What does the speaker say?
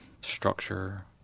structure